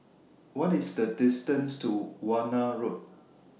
What IS The distance to Warna Road